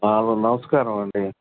బాబు నమస్కారమండి